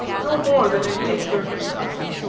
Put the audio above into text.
no more than in nature herself.